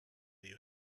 you